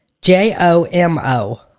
J-O-M-O